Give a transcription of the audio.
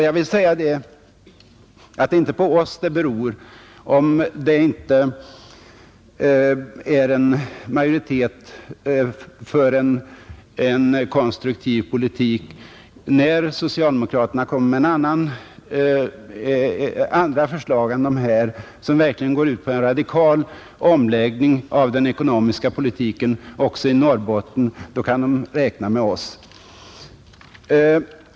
Jag vill säga att det inte är på oss det beror, om det inte är en majoritet för en konstruktiv politik. När socialdemokraterna kommer med andra förslag, som verkligen går ut på en radikal omläggning av den ekonomiska politiken också i Norrbotten, då kan de räkna med oss.